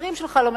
השרים שלך לא.